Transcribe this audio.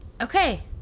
Okay